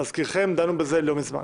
להזכירכם, דנו בזה לא מזמן.